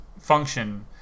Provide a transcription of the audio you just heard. function